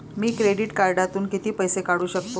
मी credit कार्डातून किती पैसे काढू शकतो?